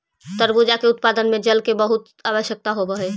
तरबूजा के उत्पादन में जल की बहुत आवश्यकता होवअ हई